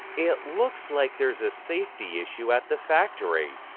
it looks like there's a safety issue at the factory.